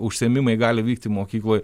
užsiėmimai gali vykti mokykloj